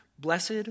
Blessed